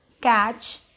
Catch